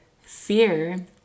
fear